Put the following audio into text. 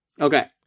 Okay